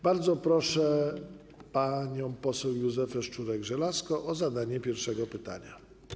Bardzo proszę panią poseł Józefę Szczurek-Żelazko o zadanie pierwszego pytania.